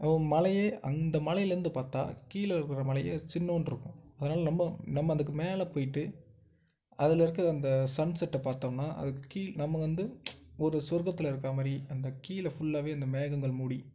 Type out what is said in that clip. ஓ மலையே அந்த மலையிலேருந்து பார்த்தா கீழே இருக்கிற மலையே சின்னோண்ட்ருக்கும் அதனால் நம்ம நம்ம அதுக்கு மேலே போய்ட்டு அதில் இருக்கிற அந்த சன்செட்டை பார்த்தோம்னா அதுக்கு கீழ் நம்ம வந்து ஒரு சொர்க்கத்தில் இருக்கிற மாதிரி அந்த கீழ ஃபுல்லாவே அந்த மேகங்கள் மூடி